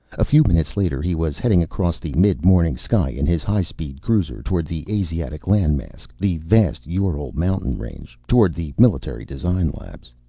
a few minutes later he was heading across the mid-morning sky in his highspeed cruiser, toward the asiatic land-mass, the vast ural mountain range. toward the military designs labs.